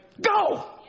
Go